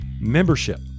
membership